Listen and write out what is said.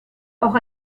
auch